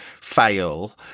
fail